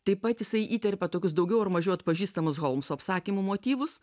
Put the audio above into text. taip pat jisai įterpia tokius daugiau ar mažiau atpažįstamų holmso apsakymų motyvus